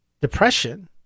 depression